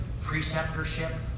preceptorship